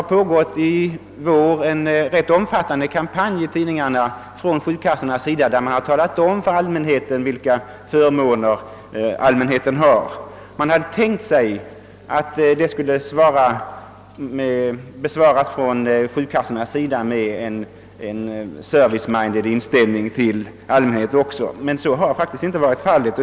I år har man från försäkringskassornas sida bedrivit en ganska omfattande kampanj i pressen, i vilken man talat om vilka förmåner allmänheten har. Man har trott att personalen skulle svara på den kampanjen med en mycket servicebetonad inställning till allmänheten, men så är tydligen inte alltid fallet.